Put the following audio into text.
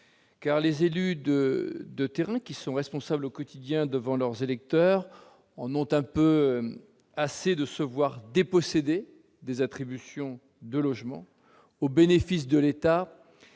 Ces élus de terrain, responsables au quotidien devant leurs électeurs, en ont un peu assez d'être dépossédés des attributions de logements au bénéfice de l'État